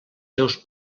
seus